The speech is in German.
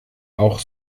auch